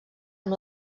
amb